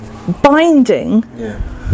binding